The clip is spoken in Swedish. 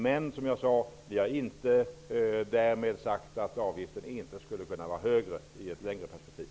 Men därmed har jag inte sagt att avgiften inte skulle kunna bli högre i ett framtida perspektiv.